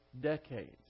decades